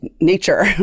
nature